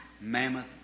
mammoth